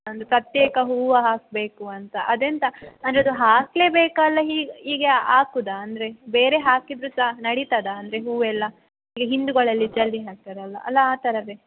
ಒಂದು ಪ್ರತ್ಯೇಕ ಹೂವು ಹಾಕಬೇಕು ಅಂತ ಅದೆಂತ ಅಂದರೆ ಅದು ಹಾಕಲೇಬೇಕಾ ಅಲ್ಲ ಹೀಗೆ ಹೀಗೆ ಹಾಕುದ ಅಂದರೆ ಬೇರೆ ಹಾಕಿದರು ಸಹ ನಡಿತದಾ ಅಂದರೆ ಹೂವೆಲ್ಲ ಈ ಹಿಂದುಗಳಲ್ಲಿ ಚೌಲಿ ಹಾಕ್ತಾರಲ್ಲ ಅಲ್ಲಾ ಆ ಥರವೆ